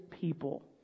people